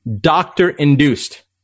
doctor-induced